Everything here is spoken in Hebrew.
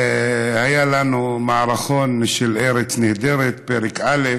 היה לנו מערכון של ארץ נהדרת פרק א'